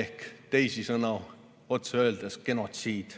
ehk teisisõnu, otse öeldes genotsiid.